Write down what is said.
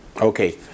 okay